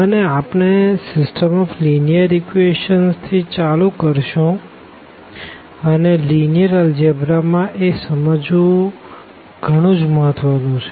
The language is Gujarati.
અને આપણે સીસ્ટમ ઓફ લીનીઅર ઇક્વેશંસ થી ચાલુ કરશું અને લીનીઅર અલ્જેબ્રા માં એ સમજવું ગણું જ મહત્વ નું છે